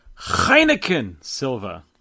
Heineken-Silva